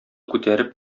күтәреп